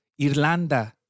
Irlanda